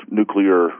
nuclear